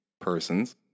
persons